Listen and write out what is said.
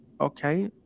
okay